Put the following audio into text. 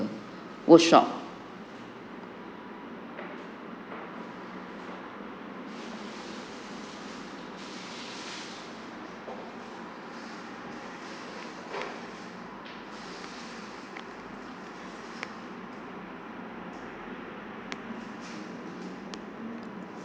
workshop